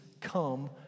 come